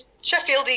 Sheffield